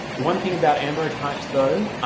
one thing about ambrotypes, though,